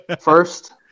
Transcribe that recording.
first